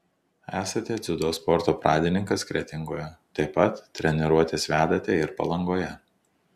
esate dziudo sporto pradininkas kretingoje taip pat treniruotes vedate ir palangoje